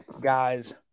guys